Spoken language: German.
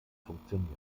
funktionieren